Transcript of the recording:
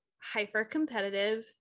hyper-competitive